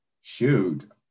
shoot